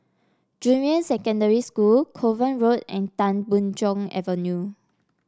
Junyuan Secondary School Kovan Road and Tan Boon Chong Avenue